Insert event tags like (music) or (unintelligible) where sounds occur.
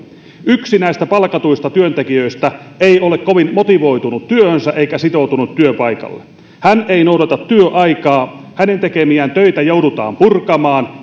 yksi näistä palkatuista työntekijöistä ei ole kovin motivoitunut työhönsä eikä sitoutunut työpaikkaan hän ei noudata työaikaa hänen tekemiään töitä joudutaan purkamaan (unintelligible)